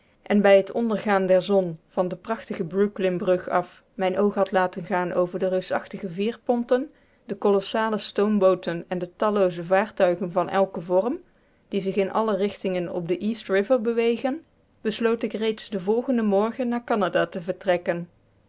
en bij t ondergaan der zon van de prachtige brooklynbrug af mijn oog had laten gaan over de reusachtige veerponten de kolossale stoombooten en de tallooze vaartuigen van elken vorm die zich in alle richtingen op de east river bewegen besloot ik reeds den volgenden morgen naar canada te vertrekken